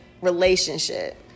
relationship